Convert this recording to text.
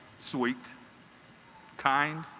sweet kind